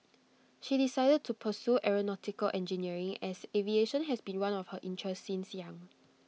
she decided to pursue aeronautical engineering as aviation has been one of her interests since young